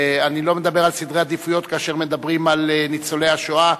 אני לא מדבר על סדרי עדיפויות כאשר מדברים על ניצולי השואה.